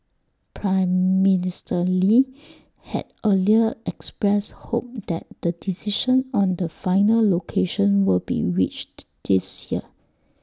Prime Minister lee had earlier expressed hope that the decision on the final location will be reached this year